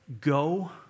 Go